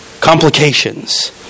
complications